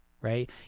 right